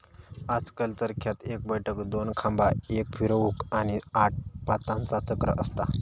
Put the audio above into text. आजकल चरख्यात एक बैठक, दोन खांबा, एक फिरवूक, आणि आठ पातांचा चक्र असता